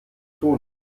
tun